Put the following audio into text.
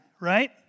right